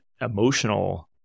emotional